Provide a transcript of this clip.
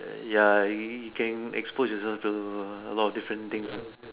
ya you you can expose yourself to a lot of different things lah